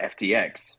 FTX